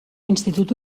institut